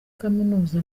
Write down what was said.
kaminuza